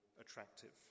attractive